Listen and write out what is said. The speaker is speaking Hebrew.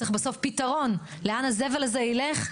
צריך בסוף פתרון לאן הזבל הזה ילך.